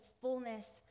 fullness